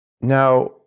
Now